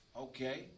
Okay